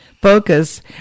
focus